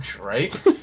right